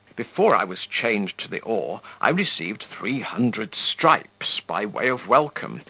before i was chained to the oar, i received three hundred stripes by way of welcome,